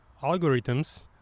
algorithms